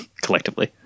Collectively